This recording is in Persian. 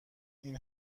این